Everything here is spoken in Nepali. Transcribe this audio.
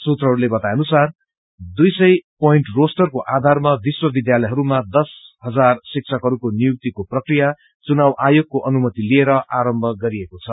सूत्रहस्रूले बताए अनुसार दुई सय पोइन्ट रोस्टरको आधारमा विश्वविध्यालयहरूमा दश हजार शिक्षकहरूको नियुक्तिको प्रक्रिया चुनाव आयोगको अनुमति लिएर आरम्भ गरेको छ